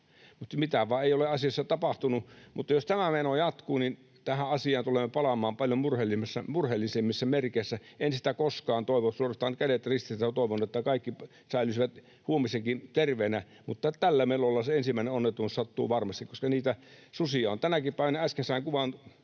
Mitään vain ei ole asiassa tapahtunut. Mutta jos tämä meno jatkuu, niin tähän asiaan tulemme palaamaan paljon murheellisemmissa merkeissä. En sitä koskaan toivo, suorastaan kädet ristissä toivon, että kaikki säilyisivät huomiseenkin terveinä, mutta tällä menolla se ensimmäinen onnettomuus sattuu varmasti, koska niitä susia on. Äsken sain kuvan,